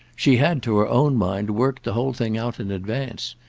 she had, to her own mind, worked the whole thing out in advance,